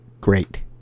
great